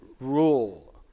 rule